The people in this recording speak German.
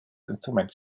instrument